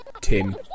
Tim